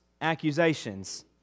accusations